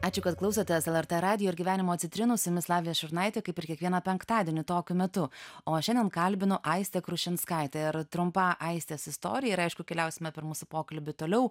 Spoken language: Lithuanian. ačiū kad klausotės lrt radijo ir gyvenimo citrinų su jumis lavija šurnaitė kaip ir kiekvieną penktadienį tokiu metu o šiandien kalbinu aistę krušinskaitę ir trumpa aistės istorija ir aišku keliausime per mūsų pokalbį toliau